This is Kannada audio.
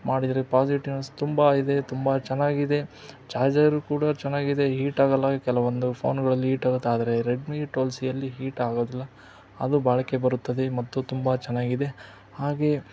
ಮಾಡಿದರೆ ಪಾಸಿಟಿವ್ನೆಸ್ ತುಂಬ ಇದೆ ತುಂಬ ಚೆನ್ನಾಗಿದೆ ಚಾರ್ಜರ್ ಕೂಡ ಚೆನ್ನಾಗಿದೆ ಹೀಟ್ ಆಗೋಲ್ಲ ಕೆಲವೊಂದು ಫೋನುಗಳಲ್ಲಿ ಹೀಟ್ ಆಗುತ್ತೆ ಆದರೆ ರೆಡ್ಮಿ ಟ್ವಲ್ ಸಿಯಲ್ಲಿ ಹೀಟ್ ಆಗೋದಿಲ್ಲ ಅದು ಬಾಳಿಕೆ ಬರುತ್ತದೆ ಮತ್ತು ತುಂಬ ಚೆನ್ನಾಗಿದೆ ಹಾಗೇ